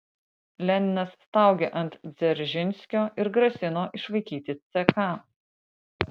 leninas staugė ant dzeržinskio ir grasino išvaikyti ck